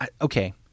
okay